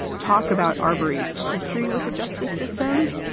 talk about arborists history with the justice system.